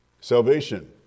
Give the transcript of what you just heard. salvation